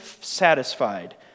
satisfied